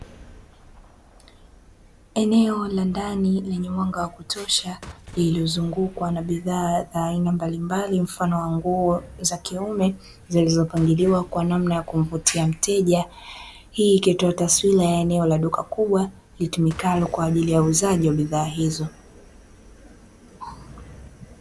Eneo la ndani lenye mwanga wa kutosha iliozungukwa na bidhaa za aina mbalimbali mfano wa nguo za kiume zilizo pangiliwa kwa namna ya kumvutia mteja, hii ikitoa taswira ya eneo la duka kubwa litumikalo kwa ajili ya uuzaji wa bidhaa hizo.